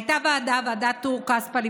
הייתה ועדה, ועדת טור-כספא.